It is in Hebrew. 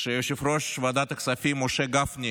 כשיושב-ראש ועדת הכספים משה גפני